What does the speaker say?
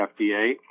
FDA